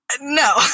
No